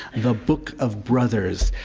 the book of brothers.